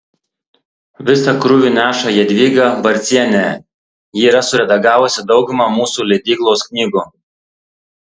visą krūvį neša jadvyga barcienė ji yra suredagavusi daugumą mūsų leidyklos knygų